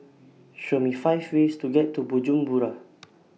Show Me five ways to get to Bujumbura